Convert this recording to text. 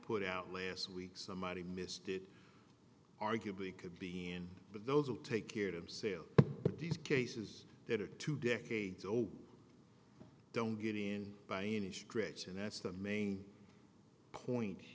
put out last week somebody missed it arguably could be in but those who take care of them sail these cases that are two decades old don't get in by any stretch and that's the main point